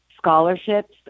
Scholarships